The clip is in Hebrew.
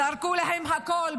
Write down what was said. זרקו להן הכול.